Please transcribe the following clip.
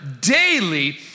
daily